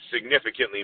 significantly